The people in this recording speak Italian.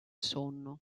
sonno